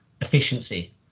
Efficiency